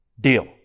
Deal